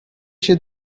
się